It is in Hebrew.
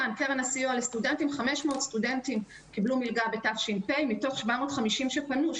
500 סטודנטים קיבלו מלגה בתש"פ מתוך 750 שפנו.